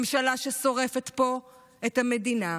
ממשלה ששורפת פה את המדינה,